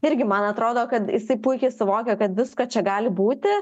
irgi man atrodo kad jisai puikiai suvokia kad visko čia gali būti